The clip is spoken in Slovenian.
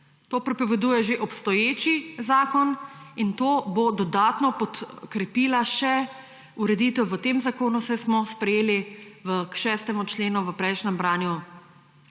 To prepoveduje že obstoječi zakon in to bo dodatno podkrepila še ureditev v tem zakonu, saj smo sprejeli k 6. členu v prejšnjem branju